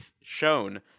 shown